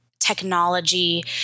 technology